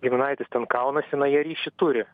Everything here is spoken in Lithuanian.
giminaitis ten kaunasi na jie ryšį turi